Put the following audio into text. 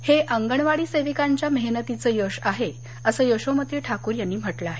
हे अंगणवाडी सेविकांच्या मेहनतीचं यश आहे असं यशोमती ठाकूर यांनी म्हटलं आहे